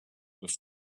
with